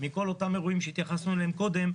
מכל אותם אירועים שהתייחסנו אליהם קודם,